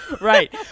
Right